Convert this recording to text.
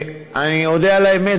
אני אודה על האמת,